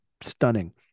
stunning